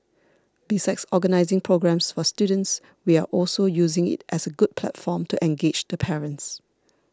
besides organising programmes for students we are also using it as a good platform to engage the parents